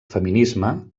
feminisme